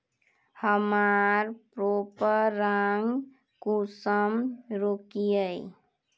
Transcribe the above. हमार पोरपरागण कुंसम रोकीई?